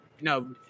no